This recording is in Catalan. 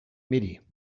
miri